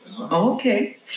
Okay